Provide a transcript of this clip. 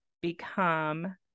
become